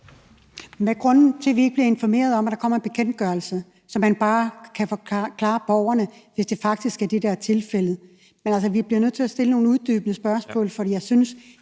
hvad er grunden til, at vi ikke bliver informeret om, at der kommer en bekendtgørelse, så vi bare kan forklare det til borgerne, hvis det faktisk er det, der er tilfældet? Men, altså, vi bliver nødt til at stille nogle uddybende spørgsmål, for jeg synes,